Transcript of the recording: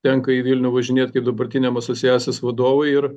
tenka į vilnių važinėt kaip dabartiniam asociacijos vadovui ir